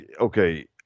okay